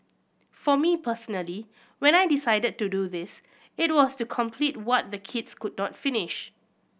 for me personally when I decided to do this it was to complete what the kids could not finish